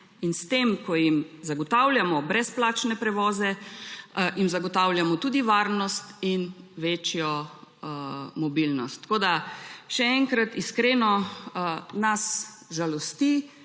In s tem, ko jim zagotavljamo brezplačne prevoze, jim zagotavljamo tudi varnost in večjo mobilnost. Še enkrat, iskreno nas žalosti.